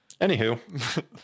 Anywho